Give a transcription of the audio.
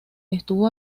estuvo